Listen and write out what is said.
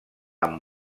amb